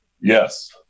yes